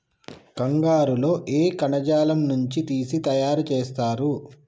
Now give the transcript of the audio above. కంగారు లో ఏ కణజాలం నుండి తీసి తయారు చేస్తారు?